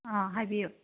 ꯑꯥ ꯍꯥꯏꯕꯤꯌꯨ